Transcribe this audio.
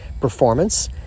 performance